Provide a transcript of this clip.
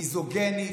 מיזוגנית,